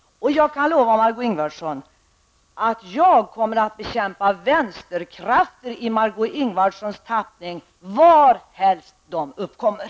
Och jag kan lova Margó Ingvardsson att jag kommer att bekämpa vänsterkrafter i Margó Ingvardssons tappning varhelst de uppträder.